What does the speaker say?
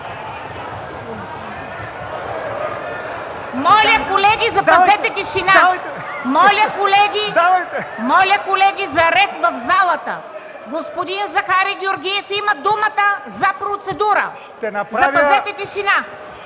Моля, колеги, запазете тишина! Моля, колеги! Моля, колеги, за ред в залата! Господин Захари Георгиев има думата за процедура! Запазете тишина!